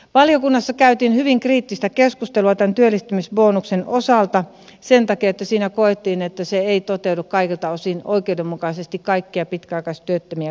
valiokunnassa käytiin hyvin kriittistä keskustelua tämän työllistymisbonuksen osalta sen takia että koettiin että se ei toteudu kaikilta osin oikeudenmukaisesti kaikkia pitkäaikaistyöttömiä kohtaan